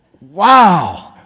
Wow